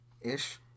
ish